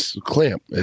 clamp